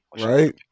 Right